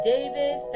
David